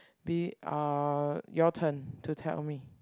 be uh your turn to tell me